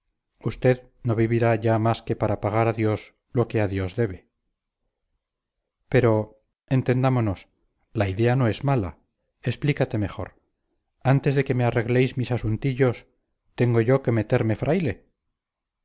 usted no vivirá ya más que para pagar a dios lo que a dios debe pero entendámonos la idea no es mala explícate mejor antes de que me arregléis mis asuntillos tengo yo que meterme fraile